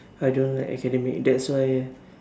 I don't like academic that's why